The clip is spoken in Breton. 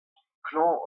klañv